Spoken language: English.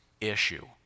issue